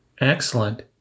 Excellent